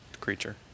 creature